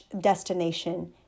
destination